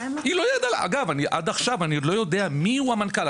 אגב עד עכשיו אני לא יודע מיהו המנכ"ל.